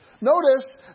Notice